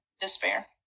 despair